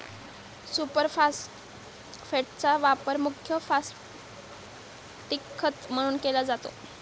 super फॉस्फेटचा वापर मुख्य फॉस्फॅटिक खत म्हणून केला जातो